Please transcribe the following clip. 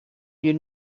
you